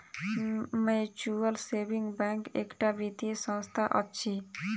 mutual saving bank एकटा वित्तीय संस्था अछि